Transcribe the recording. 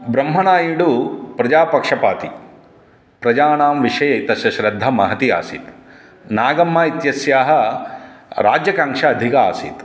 ब्रह्मणायुडु प्रजापक्षपाति प्रजानां विषये तस्य श्रद्धा महती आसीत् नागम्मा इत्यस्याः राज्याकांक्षा अधिका आसीत्